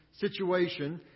situation